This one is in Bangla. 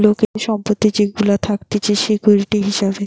লোকের সম্পত্তি যেগুলা থাকতিছে সিকিউরিটি হিসাবে